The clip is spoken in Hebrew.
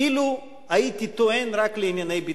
אילו הייתי טוען רק לענייני ביטחון.